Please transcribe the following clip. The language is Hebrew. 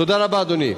תודה רבה, אדוני.